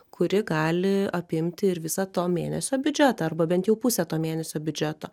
kuri gali apimti ir visą to mėnesio biudžetą arba bent jau pusę to mėnesio biudžeto